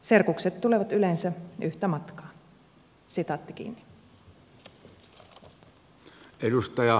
serkukset tulevat yleensä pöytäkirjoihin lukea